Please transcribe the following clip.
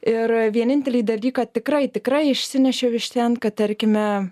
ir vienintelį dalyką tikrai tikrai išsinešiau iš ten kad tarkime